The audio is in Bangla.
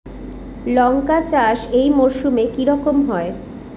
লঙ্কা চাষ এই মরসুমে কি রকম হয়?